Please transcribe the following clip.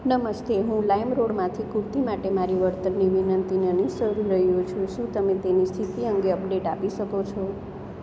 નમસ્તે હું લાઈમરોડમાંથી કુર્તિ માટે મારી વળતરની વિનંતીને અનુસરી રહ્યો છું શું તમે તેની સ્થિતિ અંગે અપડેટ આપી શકો છો